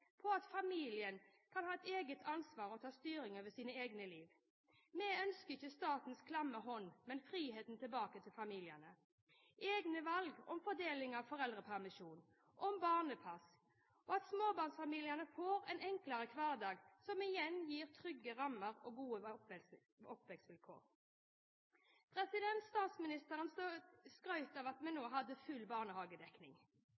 på at familien kan ha et eget ansvar og ta styring over sine egne liv. Vi ønsker ikke statens klamme hånd, men friheten tilbake til familiene til å ta egne valg om fordeling av foreldrepermisjon og barnepass. Vi ønsker at småbarnsfamiliene får en enklere hverdag, noe som igjen gir trygge rammer og gode oppvekstvilkår. Statsministeren skrøt av at vi